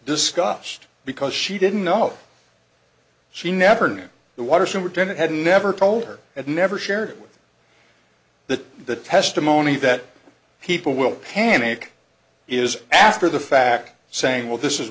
discussed because she didn't know she never knew the waterson were doing it had never told her and never shared it with the the testimony that people will panic is after the fact saying well this is